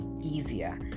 easier